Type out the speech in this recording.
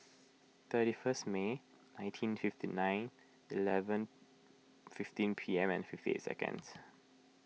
thirty first May nineteen fifty nine eleven fifteen P M and fifty eight seconds